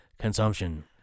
consumption